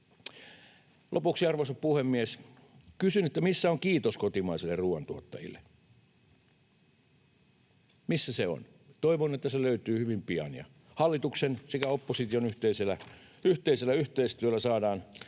Lopuksi, arvoisa puhemies, kysyn, missä on kiitos kotimaisille ruuantuottajille. Missä se on? Toivon, että se löytyy hyvin pian ja hallituksen sekä opposition yhteistyöllä saadaan